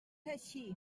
així